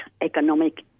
economic